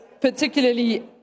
particularly